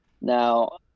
Now